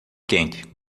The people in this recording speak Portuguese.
quente